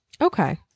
Okay